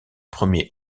premier